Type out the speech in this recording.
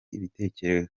ibitekerezo